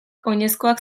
oinezkoak